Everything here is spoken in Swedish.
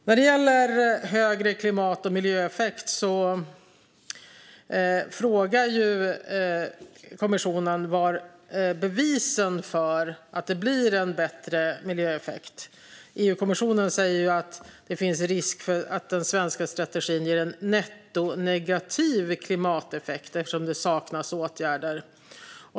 När det gäller större klimat och miljöeffekt frågar kommissionen var bevisen finns för att det blir en bättre miljöeffekt. EU-kommissionen säger att det finns risk att den svenska strategin ger en nettonegativ klimateffekt, eftersom det saknas åtgärder.